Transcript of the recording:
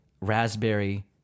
raspberry